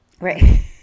Right